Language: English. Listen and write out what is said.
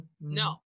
No